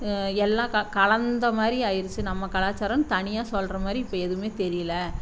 எல்லாம் கலந்த மாதிரி ஆயிடுச்சி நம்ம கலாச்சாரம் தனியாக சொல்கிற மாதிரி இப்போ எதுவுமே தெரியல